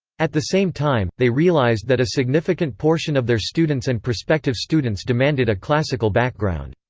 at the same time, they realized that a significant portion of their students and prospective students demanded a classical background.